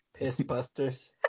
Pissbusters